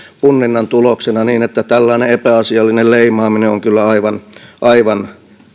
punninnan tuloksena niin että tällainen epäasiallinen leimaaminen on kyllä aivan aivan